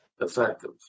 effective